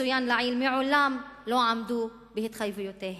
שצוין לעיל, מעולם לא עמדו בהתחייבויותיהן.